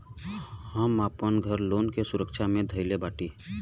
हम आपन घर लोन के सुरक्षा मे धईले बाटी